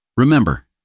Remember